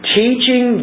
teaching